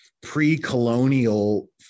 pre-colonial